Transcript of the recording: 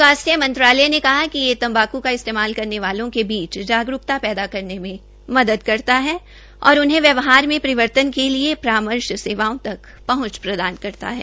स्वास्थ्य मंत्रालय ने कहा कि यह तम्बाकु का इस्तेमाल करने वालों के बीच जागरूकता पैदा करने में मदद करता है और उन्हें व्यवहार में परिवर्तन के लिए परामर्श सेवाओं तक पहंच प्रदान करता है